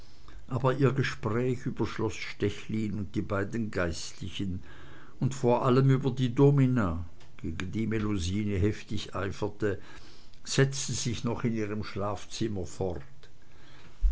aber ihr gespräch über schloß stechlin und die beiden geistlichen und vor allem über die domina gegen die melusine heftig eiferte setzte sich noch in ihrem schlafzimmer fort